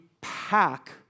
pack